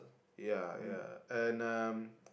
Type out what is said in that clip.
ya ya and um